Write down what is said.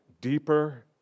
deeper